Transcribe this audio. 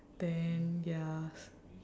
then ya